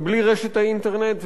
ובלי רשת האינטרנט,